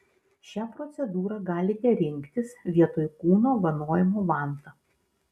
šią procedūrą galite rinktis vietoj kūno vanojimo vanta